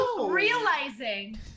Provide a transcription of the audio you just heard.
realizing